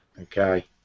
Okay